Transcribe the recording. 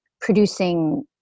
producing